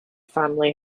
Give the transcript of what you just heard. family